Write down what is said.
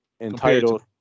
Entitled